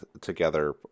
together